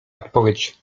odpowiedź